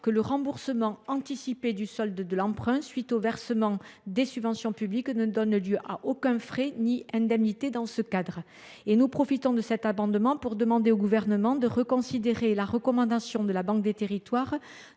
que le remboursement anticipé du solde de l’emprunt à la suite du versement des subventions publiques ne donne lieu à aucuns frais ni indemnité. Nous profitons de cet amendement pour demander au Gouvernement de reconsidérer la recommandation de la Banque des territoires